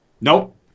Nope